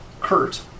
Kurt